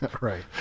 Right